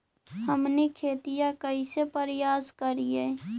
हमनी खेतीया कइसे परियास करियय?